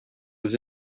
was